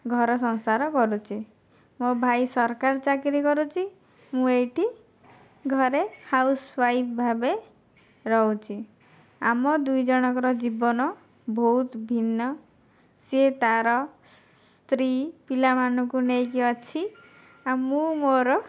ଘର ସଂସାର କରୁଛି ମୋ' ଭାଇ ସରକାରୀ ଚାକିରି କରୁଛି ମୁଁ ଏଇଠି ଘରେ ହାଉସ୍ ୱାଇଫ୍ ଭାବେ ରହୁଛି ଆମ ଦୁଇଜଣଙ୍କର ଜୀବନ ବହୁତ ଭିନ୍ନ ସିଏ ତା'ର ସ୍ତ୍ରୀ ପିଲାମାନଙ୍କୁ ନେଇକି ଅଛି ଆଉ ମୁଁ ମୋର